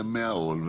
מהעול,